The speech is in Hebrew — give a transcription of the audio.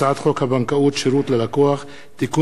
הצעת חוק הבנקאות (שירות ללקוח) (תיקון